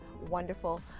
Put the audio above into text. wonderful